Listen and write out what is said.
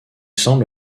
semble